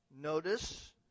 Notice